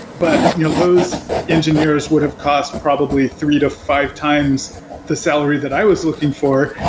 but you know those engineers would have cost probably three to five times the salary that i was looking for.